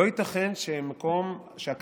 לא ייתכן שהכנסת,